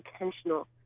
intentional